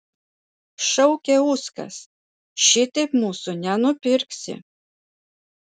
šaukė uskas šitaip mūsų nenupirksi